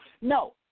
No